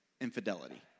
infidelity